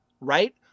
Right